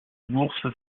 bourse